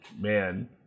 man